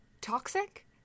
toxic